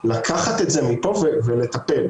למצוא את זה ולהעביר את זה לגורמים